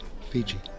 Fiji